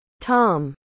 tom